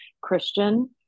Christian